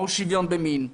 מהו שוויון במין,